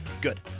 good